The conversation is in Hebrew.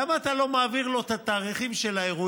למה אתה לא מעביר לו את התאריכים של האירועים?